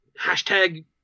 hashtag